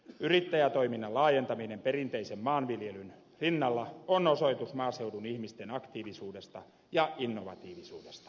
yrittäjätoiminnan laajentaminen perinteisen maanviljelyn rinnalla on osoitus maaseudun ihmisten aktiivisuudesta ja innovatiivisuudesta